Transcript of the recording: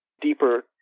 deeper